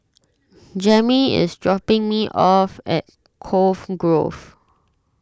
Jammie is dropping me off at Cove Grove